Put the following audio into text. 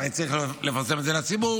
ואני צריך לפרסם את זה לציבור,